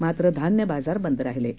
मात्र धान्य बाजार बंद राहिलेत